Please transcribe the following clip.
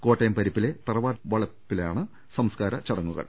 കോട്ടയം പരിപ്പിലെ തറവാട്ടുവളപ്പിലാണ് സംസ്കാര ചട ങ്ങുകൾ